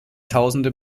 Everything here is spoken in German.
tausende